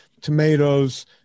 tomatoes